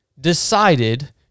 decided